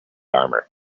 armor